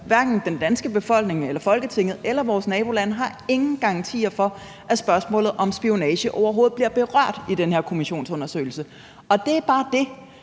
hverken den danske befolkning eller Folketinget eller vores nabolande har nogen garantier for, at spørgsmålet om spionage overhovedet bliver berørt i den her kommissionsundersøgelse. Og det er bare det,